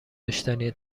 داشتنیه